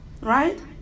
Right